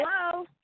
Hello